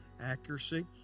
accuracy